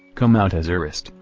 come out a tsarist,